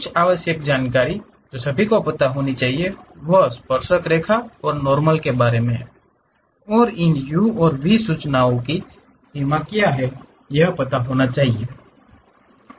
कुछ आवश्यक जानकारी जो सभी को पता होनी चाहिए वह स्पर्शकरेखा और नॉर्मल के बारे में है और इन Uऔर v सूचनाओं की सीमा क्या है यह पता होना चाहिए